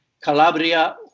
Calabria